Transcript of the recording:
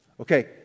Okay